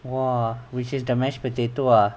!wah! which is the mashed potato ah